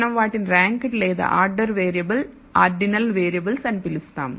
మనం వాటిని ర్యాంక్ లేదా ఆర్డర్ వేరియబుల్ ఆర్డినల్ వేరియబుల్స్ అని పిలుస్తాము